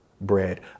bread